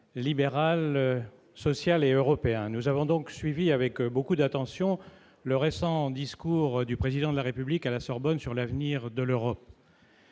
libéral, social et européen. Nous avons donc suivi avec beaucoup d'attention le récent discours du Président de la République, prononcé à la Sorbonne, sur l'avenir de l'Europe.